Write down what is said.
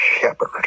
shepherd